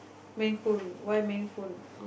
main why main